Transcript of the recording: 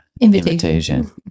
invitation